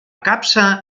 capsa